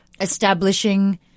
establishing